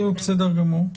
בסדר גמור.